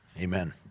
Amen